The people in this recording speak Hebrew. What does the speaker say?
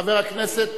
וחבר הכנסת,